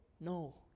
No